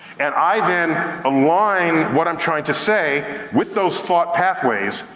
and i then align what i'm trying to say with those thought pathways,